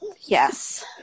Yes